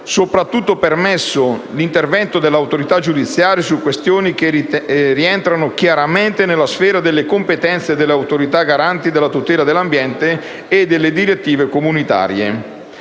soprattutto permesso l'intervento dell'autorità giudiziaria su questioni che rientrano chiaramente nella sfera delle competenze delle autorità garanti della tutela dell'ambiente e delle direttive comunitarie.